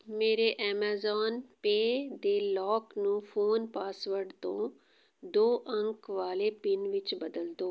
ਮੇਰੇ Amazon pay ਦੇ lock ਨੂੰ ਫ਼ੋਨ ਪਾਸਵਰਡ ਤੋਂ ਦੋ ਅੰਕ ਵਾਲੇ ਪਿੰਨ ਵਿੱਚ ਬਦਲ ਦਿਉ